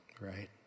right